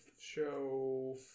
show